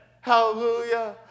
Hallelujah